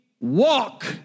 walk